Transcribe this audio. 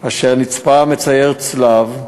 אשר נצפה מצייר צלב,